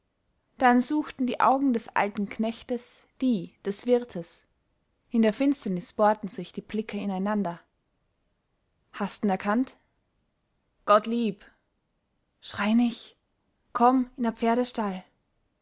dann suchten die augen des alten knechtes die des wirtes in der finsternis bohrten sich die blicke ineinander hast n erkannt gottlieb schrei nich komm in a pferdestall